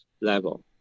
level